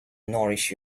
nourish